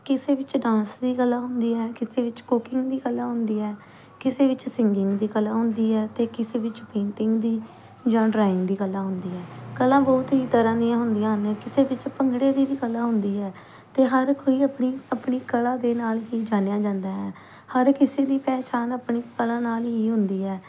ਕਿਸੇ ਵਿੱਚ ਡਾਂਸ ਦੀ ਕਲਾ ਹੁੰਦੀ ਹੈ ਕਿਸੇ ਵਿੱਚ ਕੂਕਿੰਗ ਦੀ ਕਲਾ ਹੁੰਦੀ ਹੈ ਕਿਸੇ ਵਿੱਚ ਸਿਗਿੰਗ ਦੀ ਕਲਾ ਹੁੰਦੀ ਹੈ ਅਤੇ ਕਿਸੇ ਵਿੱਚ ਪੇਂਟਿੰਗ ਦੀ ਜਾਂ ਡਰਾਇੰਗ ਦੀ ਕਲਾ ਹੁੰਦੀ ਹੈ ਕਲਾ ਬਹੁਤ ਹੀ ਤਰ੍ਹਾਂ ਦੀਆਂ ਹੁੰਦੀਆਂ ਨੇ ਕਿਸੇ ਵਿੱਚ ਭੰਗੜੇ ਦੀ ਵੀ ਕਲਾ ਹੁੰਦੀ ਹੈ ਅਤੇ ਹਰ ਕੋਈ ਆਪਣੀ ਆਪਣੀ ਕਲਾ ਦੇ ਨਾਲ ਹੀ ਜਾਣਿਆ ਜਾਂਦਾ ਹੈ ਹਰ ਕਿਸੇ ਦੀ ਪਹਿਚਾਣ ਆਪਣੀ ਕਲਾ ਨਾਲ ਹੀ ਹੁੰਦੀ ਹੈ